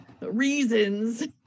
Reasons